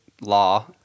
law